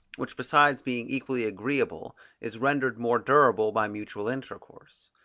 which besides being equally agreeable is rendered more durable by mutual intercourse.